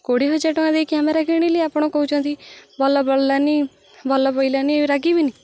କୋଡ଼ିଏ ହଜାର ଟଙ୍କା ଦେଇ କ୍ୟାମେରା କିଣିଲି ଆପଣ କହୁଛନ୍ତି ଭଲ ପଡ଼ିଲାନି ଭଲ ପଡ଼ିଲାନି ରାଗିବିନି